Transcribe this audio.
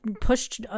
pushed